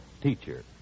teacher